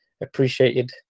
appreciated